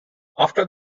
after